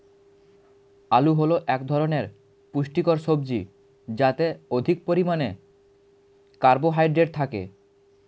আলু হল এক ধরনের পুষ্টিকর সবজি যাতে অধিক পরিমাণে কার্বোহাইড্রেট থাকে